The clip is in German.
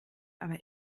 aber